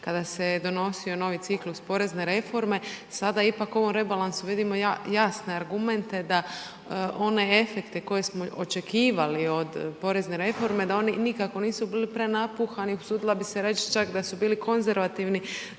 kada se je donosio novi ciklus porezne reforme sada ipak u ovom rebalansu vidimo jasne argumente da one efekte koje smo očekivali od porezne reforme da oni nikako nisu bili prenapuhani, usudila bih se reći čak da su bili konzervativni.